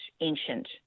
ancient